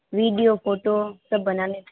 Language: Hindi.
वीडियो फोटो सब बनाने थे